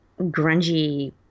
grungy